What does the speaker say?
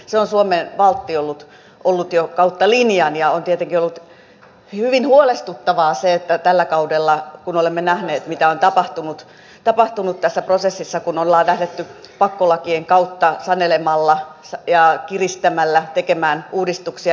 se on suomen valtti ollut jo kautta linjan ja on tietenkin ollut hyvin huolestuttavaa se että tällä kaudella olemme nähneet mitä on tapahtunut tässä prosessissa kun ollaan lähdetty pakkolakien kautta sanelemalla ja kiristämällä tekemään uudistuksia